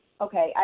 Okay